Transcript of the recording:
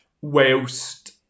whilst